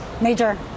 Major